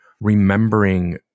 remembering